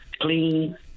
clean